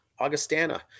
Augustana